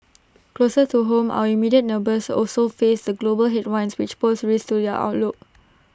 closer to home our immediate neighbours also face the global headwinds which pose risks to their outlook